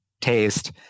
taste